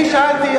אני שאלתי,